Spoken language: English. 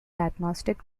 diagnostic